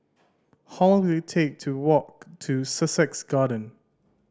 how will take to walk to Sussex Garden